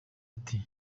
ati